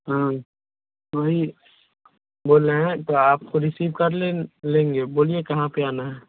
हाँ वही बोल रहे हैं तो आपको रिसीव कर लें लेंगे बोलिए कहाँ पर आना है